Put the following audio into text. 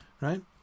right